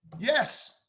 Yes